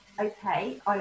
okay